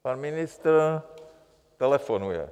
Pan ministr telefonuje.